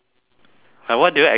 like what do you exercise